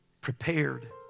prepared